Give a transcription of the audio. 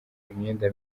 imyenda